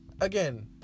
Again